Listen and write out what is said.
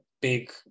big